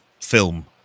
film